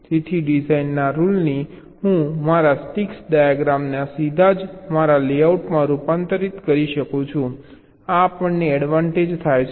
તેથી ડિઝાઇનના રૂલથી હું મારા સ્ટિક ડાયાગ્રામને સીધા જ મારા લેઆઉટમાં રૂપાંતરિત કરી શકું છું આ આપણને એડવાન્ટેજ થાય છે